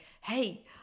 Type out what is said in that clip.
hey